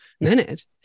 minute